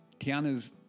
Tiana's